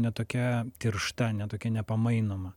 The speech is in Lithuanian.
ne tokia tiršta ne tokia nepamainoma